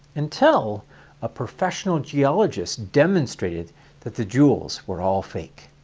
until a professional geologist demonstrated that the jewels were all fake.